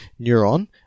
neuron